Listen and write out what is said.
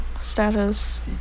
status